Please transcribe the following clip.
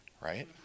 right